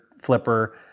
flipper